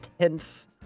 tense